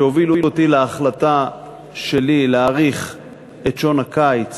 שהובילו אותי להחלטה שלי להאריך את שעון הקיץ